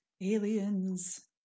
Aliens